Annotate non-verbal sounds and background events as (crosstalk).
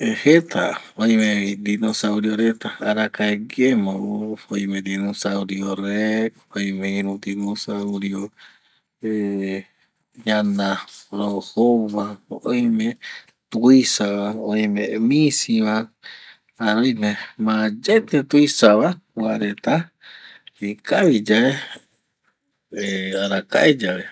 (hesitation) jeta oime vi dinosaurio reta arakae guie ma ou, oime dinosaurio rex, oime iru dinosaurio ñana ro jou va, oime tuisava, oime misi va jare oime mayete tuisa va, kua reta ikavi yae (hesitation) arakae yae